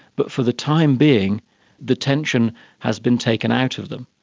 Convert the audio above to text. but for the time being the tension has been taken out of them.